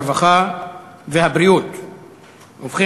הרווחה והבריאות נתקבלה.